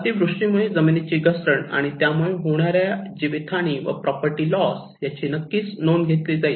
अतिवृष्टीमुळे जमिनीची घसरण आणि त्यामुळे होणाऱ्या या जीवित हानी व प्रोपर्टी लॉस याची नक्कीच नोंद घेतली जाईल